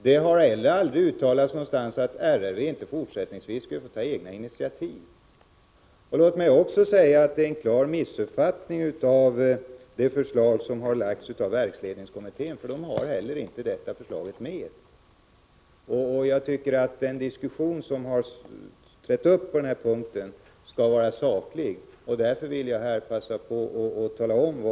Det har heller aldrig uttalats någonstans att RRV inte skulle få ta egna initiativ i fortsättningen. Inte heller verksledningskommittén talar i sitt förslag om att revisionen skall försvagas.